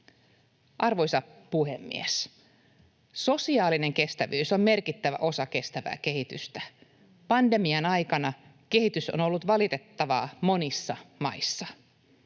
Arvoisa puhemies! Sosiaalinen kestävyys on merkittävä osa kestävää kehitystä. Pandemian aikana kehitys on ollut valitettavaa monissa maissa.